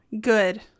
Good